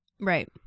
Right